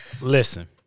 listen